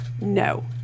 No